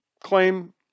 claim